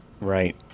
Right